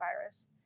virus